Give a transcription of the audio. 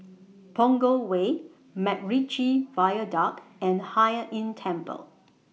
Punggol Way Macritchie Viaduct and Hai Inn Temple